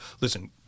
listen